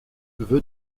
vœu